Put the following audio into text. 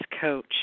Coach